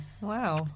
Wow